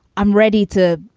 i'm ready to,